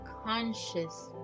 conscious